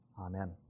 Amen